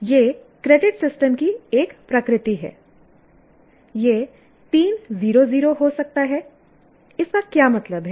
यह credit system की एक प्रकृति है यह 3 0 0 हो सकता है इसका क्या मतलब है